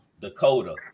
Dakota